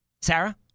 Sarah